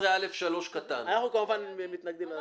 אנחנו כמובן מתנגדים.